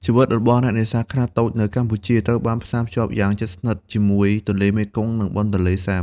ជីវិតរបស់អ្នកនេសាទខ្នាតតូចនៅកម្ពុជាត្រូវបានផ្សារភ្ជាប់យ៉ាងជិតស្និទ្ធជាមួយ ទន្លេមេគង្គ និង បឹងទន្លេសាប។